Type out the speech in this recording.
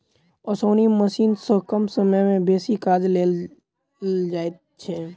ओसौनी मशीन सॅ कम समय मे बेसी काज लेल जाइत छै